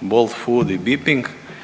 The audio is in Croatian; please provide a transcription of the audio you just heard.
Bolt food i Beeping